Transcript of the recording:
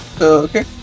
Okay